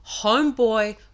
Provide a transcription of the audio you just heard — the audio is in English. homeboy